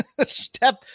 step